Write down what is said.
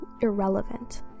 irrelevant